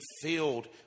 filled